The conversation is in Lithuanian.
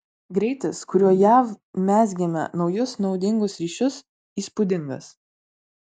greitis kuriuo jav mezgėme naujus naudingus ryšius įspūdingas